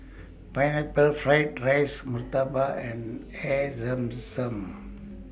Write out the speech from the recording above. Pineapple Fried Rice Murtabak and Air Zam Zam